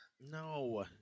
No